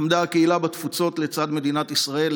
עמדה הקהילה בתפוצות לצד מדינת ישראל,